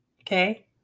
Okay